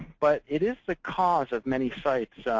but it is the cause of many sites